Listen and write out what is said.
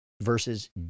versus